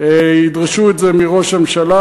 ידרשו את זה מראש הממשלה,